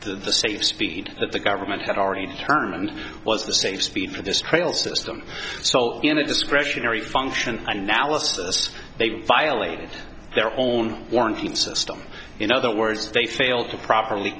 the safe speed that the government had already determined was the same speed for this trail system so in a discretionary function analysis they violated their own warning system in other words they failed to properly